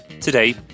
Today